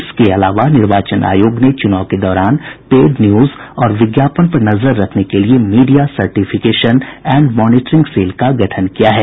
इसके अलावा निर्वाचन आयोग ने चुनाव के दौरान पेड न्यूज और विज्ञापन पर नजर रखने के लिए media certification and monitoring cell का गठन किया है